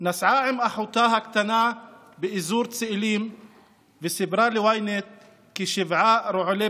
נסעה עם אחותה הקטנה באזור צאלים וסיפרה ל-ynet כי שבעה רעולי